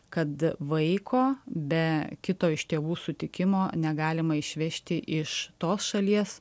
kad vaiko be kito iš tėvų sutikimo negalima išvežti iš tos šalies